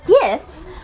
gifts